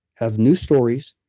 have new stories,